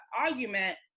argument